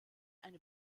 eine